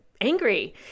angry